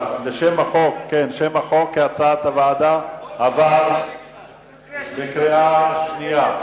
שם החוק, כהצעת הוועדה, עבר בקריאה שנייה.